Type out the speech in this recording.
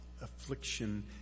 affliction